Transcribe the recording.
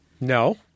No